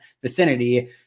vicinity